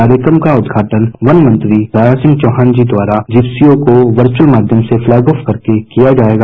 कार्यक्रम का उद्घाटन वन मंत्री दारासिंह चौहान जी द्वारा जिप्सियों को वर्चुअल माध्यम से फ्लैग ऑफ करके किया जाएगा